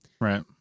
Right